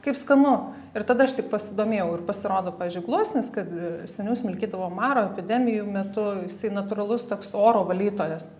kaip skanu ir tada aš tik pasidomėjau ir pasirodo pavyzdžiui gluosnis kad seniau smilkydavo maro epidemijų metu jisai natūralus toks oro valytojas